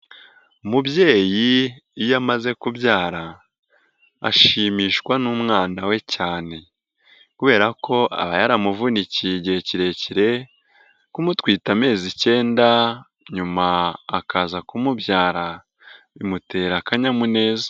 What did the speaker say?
Umubyeyi iyo amaze kubyara ashimishwa n'umwana we cyane kubera ko aba yaramuvunikiye igihe kirekire kumutwita amezi icyenda nyuma akaza kumubyara bimutera akanyamuneza.